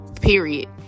period